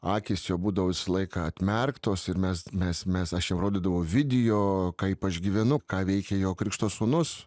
akys jo būdavo visą laiką atmerktos ir mes mes mes aš jam rodydavau video kaip aš gyvenu ką veikia jo krikšto sūnus